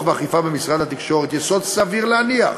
ואכיפה במשרד התקשורת יסוד סביר להניח